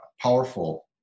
powerful